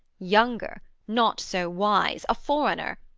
younger, not so wise, a foreigner,